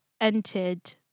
entered